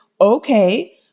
okay